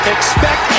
Expect